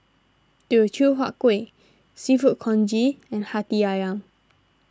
Teochew Huat Kueh Seafood Congee and Hati Ayam